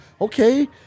okay